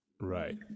Right